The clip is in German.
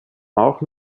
auch